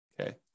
okay